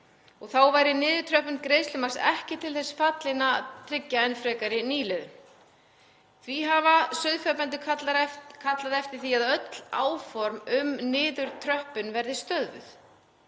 Þá væri niðurtröppun greiðslumarks ekki til þess fallin að tryggja enn frekari nýliðun. Því hafa sauðfjárbændur kallað eftir því að öll áform um niðurtröppun verði stöðvuð.